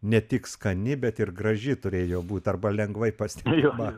ne tik skani bet ir graži turėjo būt arba lengvai pastebima